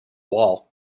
wall